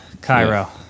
cairo